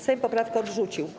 Sejm poprawkę odrzucił.